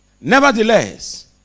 nevertheless